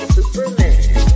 Superman